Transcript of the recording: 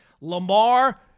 Lamar